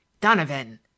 Donovan